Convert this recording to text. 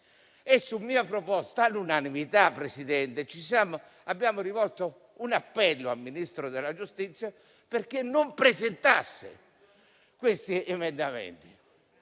e, su mia proposta, all'unanimità, Presidente, abbiamo rivolto un appello al Ministro della giustizia affinché non presentasse questi emendamenti,